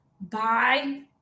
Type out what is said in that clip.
bye